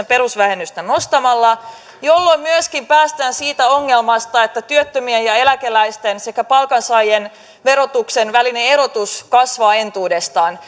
perusvähennystä nostamalla jolloin myöskin päästään siitä ongelmasta että työttömien ja eläkeläisten sekä palkansaajien verotuksen välinen erotus kasvaa entuudestaan